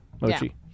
Mochi